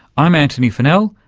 i'm antony funnell,